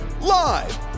live